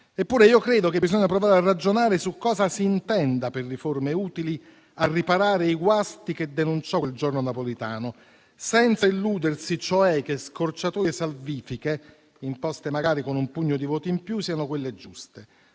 Eppure io credo che si debba provare a ragionare su cosa si intenda per riforme utili a riparare i guasti che denunciò quel giorno Napolitano, senza illudersi, cioè, che scorciatoie salvifiche, imposte magari con un pugno di voti in più, siano quelle giuste.